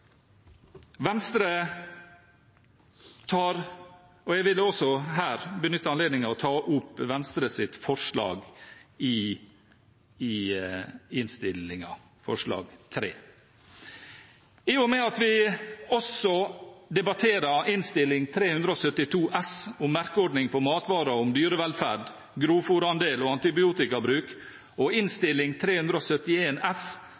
Jeg vil benytte anledningen til å ta opp Venstres forslag i innstillingen. I og med at vi også debatterer Innst. 372 S, om merkeordning på matvarer om dyrevelferd, grovfôrandel og antibiotikabruk, og Innst. 371 S,